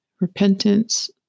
repentance